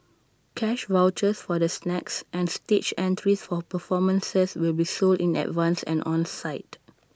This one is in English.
cash vouchers for the snacks and stage entries for performances will be sold in advance and on site